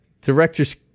Director's